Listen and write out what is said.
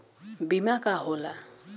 बीमा का होला?